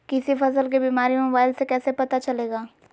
किसी फसल के बीमारी मोबाइल से कैसे पता चलेगा?